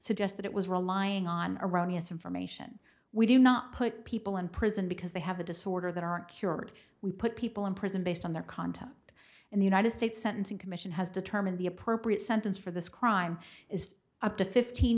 suggest that it was relying on erroneous information we do not put people in prison because they have a disorder that aren't cured we put people in prison based on their contact in the united states sentencing commission has determined the appropriate sentence for this crime is up to fifteen